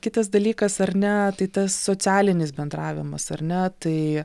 kitas dalykas ar ne tai tas socialinis bendravimas ar ne tai